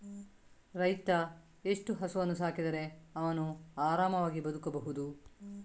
ರೈತ ಎಷ್ಟು ಹಸುವನ್ನು ಸಾಕಿದರೆ ಅವನು ಆರಾಮವಾಗಿ ಬದುಕಬಹುದು?